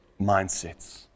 mindsets